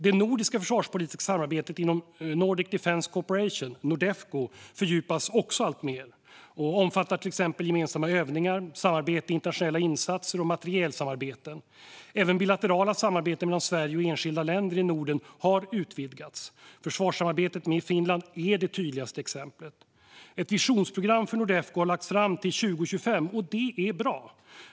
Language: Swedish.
Det nordiska försvarspolitiska samarbetet inom Nordic Defence Cooperation, Nordefco, fördjupas också alltmer och omfattar till exempel gemensamma övningar, samarbete i internationella insatser och materielsamarbeten. Även bilaterala samarbeten mellan Sverige och enskilda länder i Norden har utvidgats. Försvarssamarbetet med Finland är det tydligaste exemplet. Ett visionsprogram för Nordefco har lagts fram till 2025, vilket är bra.